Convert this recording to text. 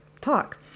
talk